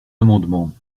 amendement